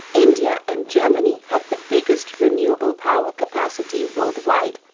india and germany have the biggest renewable power capacity worldwide,